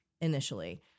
initially